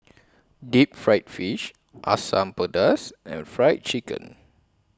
Deep Fried Fish Asam Pedas and Fried Chicken